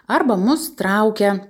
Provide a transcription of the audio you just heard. arba mus traukia